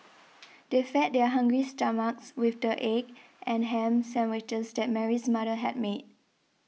they fed their hungry stomachs with the egg and ham sandwiches that Mary's mother had made